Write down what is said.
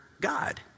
God